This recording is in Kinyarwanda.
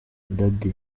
dady